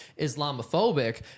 islamophobic